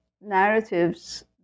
narratives